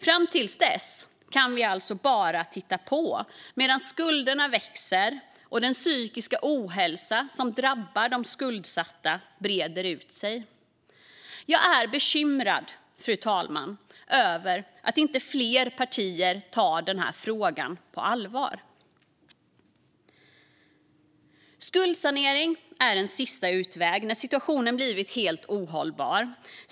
Fram till dess kan vi alltså bara titta på medan skulderna växer och den psykiska ohälsan, som drabbar de skuldsatta, breder ut sig. Jag är bekymrad, fru talman, över att inte fler partier tar den här frågan på allvar. Skuldsanering är en sista utväg när situationen blivit helt ohållbar.